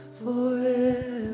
forever